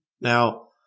Now